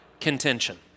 contention